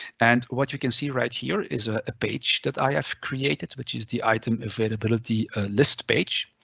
and what you can see right here is a page that i have created, which is the itemavailability list page.